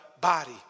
body